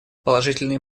положительные